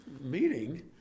meeting